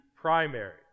primary